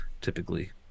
typically